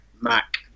mac